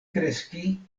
kreski